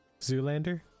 zoolander